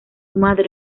madre